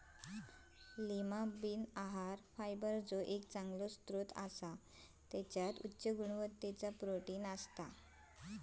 Lima bean आहार फायबरचो एक चांगलो स्त्रोत असा त्याच्यात उच्च गुणवत्तेचा प्रोटीन असता